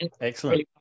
Excellent